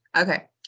okay